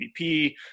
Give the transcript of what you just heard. MVP